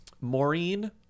Maureen